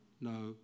no